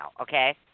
okay